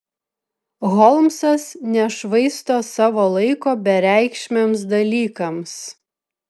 holmsas nešvaisto savo laiko bereikšmiams dalykams